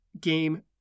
game